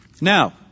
Now